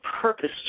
purpose